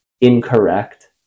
incorrect